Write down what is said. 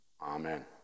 Amen